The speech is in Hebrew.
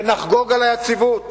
ונחגוג על היציבות